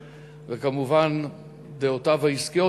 וכמובן עם דעותיו העסקיות,